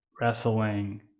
wrestling